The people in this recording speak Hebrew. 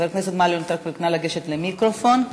נא לגשת למיקרופון.